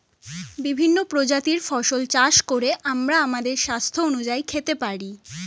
বিভিন্ন প্রজাতির ফসল চাষ করে আমরা আমাদের স্বাস্থ্য অনুযায়ী খেতে পারি